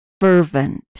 fervent